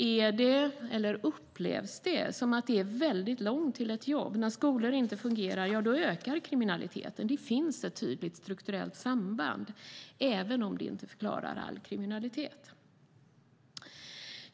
När det upplevs som att det är väldigt långt till ett jobb eller när skolor inte fungerar ökar kriminaliteten. Det finns ett tydligt strukturellt samband, även om det inte förklarar all kriminalitet.